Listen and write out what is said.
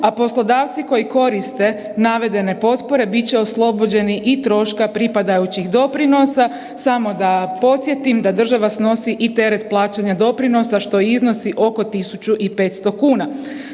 a poslodavci koji koriste navedene potpore bit će oslobođeni i troška pripadajućih doprinosa. Samo da podsjetim da država nosi i teret plaćanja doprinosa što iznosi oko 1.500 kuna.